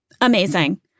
amazing